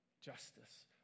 justice